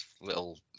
little